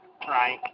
right